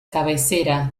cabecera